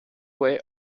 way